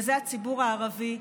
וזה הציבור הערבי.